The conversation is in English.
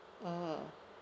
mmhmm